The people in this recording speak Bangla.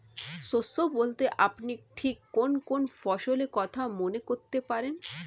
শস্য বলতে আপনি ঠিক কোন কোন ফসলের কথা মনে করতে পারেন?